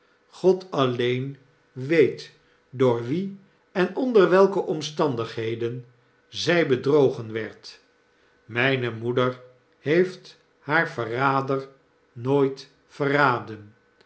god alleen weet door wien en onder welke omstandigheden zy bedrogen werd mijne moeder heeft haar verrader nooit verraden